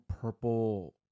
purple